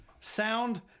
Sound